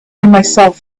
myself